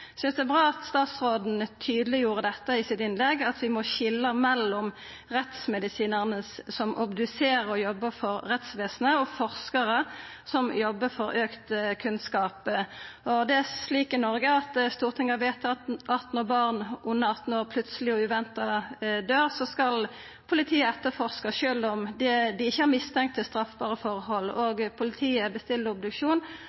synest det er bra at statsråden tydeleggjorde dette i sitt innlegg, at vi må skilja mellom rettsmedisinarane som obduserer og jobbar for rettsvesenet, og forskarar som jobbar for auka kunnskap. Det er slik i Noreg at Stortinget har vedtatt at når barn under 18 år plutseleg og uventa døyr, skal politiet etterforska sjølv om det ikkje